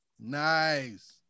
Nice